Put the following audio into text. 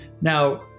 Now